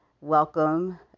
welcome